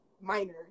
minor